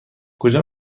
کجا